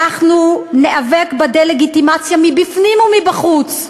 אנחנו ניאבק בדה-לגיטימציה מבפנים ומבחוץ,